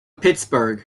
pittsburgh